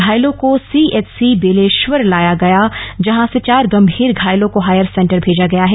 घायलों को सीएचसी बेलेश्वर लाया गया जहां से चार गंभीर घायलों को हायर सेंटर भेजा गया है